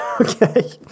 Okay